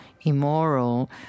immoral